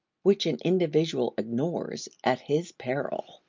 which an individual ignores at his peril.